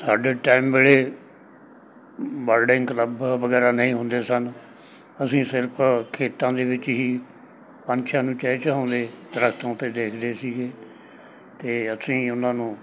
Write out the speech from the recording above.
ਸਾਡੇ ਟਾਈਮ ਵੇਲੇ birding club ਵਗੈਰਾ ਨਹੀਂ ਹੁੰਦੇ ਸਨ ਅਸੀਂ ਸਿਰਫ ਖੇਤਾਂ ਦੇ ਵਿੱਚ ਹੀ ਪੰਛੀਆਂ ਨੂੰ ਚਹਿਚਹਾਉਂਦੇ ਦਰਖਤਾਂ ਉੱਤੇ ਦੇਖਦੇ ਸੀਗੇ ਅਤੇ ਅਸੀਂ ਉਹਨਾਂ ਨੂੰ